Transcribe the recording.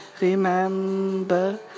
remember